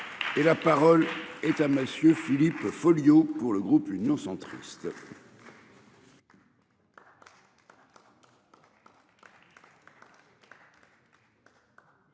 Et la parole est à monsieur Philippe Folliot. Pour le groupe Union centriste.